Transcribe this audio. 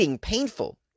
painful